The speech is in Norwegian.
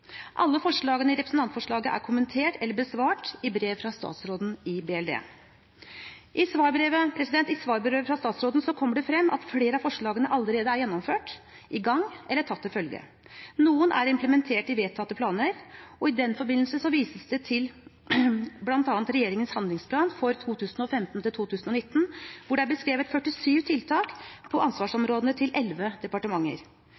representantforslaget er kommentert eller besvart i brev fra statsråden i BLD. I svarbrevet fra statsråden kommer det frem at flere av forslagene allerede er gjennomført, i gang eller tatt til følge. Noen er implementert i vedtatte planer, og i den forbindelse vises det til bl.a. regjeringens handlingsplan for 2015–2019, der det er beskrevet 47 tiltak på ansvarsområdene til 11 departementer.